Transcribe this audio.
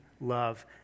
love